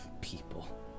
people